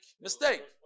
mistake